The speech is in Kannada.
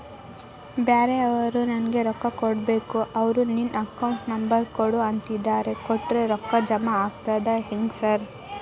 ಬ್ಯಾರೆವರು ನಂಗ್ ರೊಕ್ಕಾ ಕೊಡ್ಬೇಕು ಅವ್ರು ನಿನ್ ಅಕೌಂಟ್ ನಂಬರ್ ಕೊಡು ಅಂತಿದ್ದಾರ ಕೊಟ್ರೆ ರೊಕ್ಕ ಜಮಾ ಆಗ್ತದಾ ಹೆಂಗ್ ಸಾರ್?